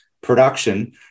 production